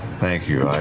thank you,